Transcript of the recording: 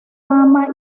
ama